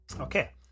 Okay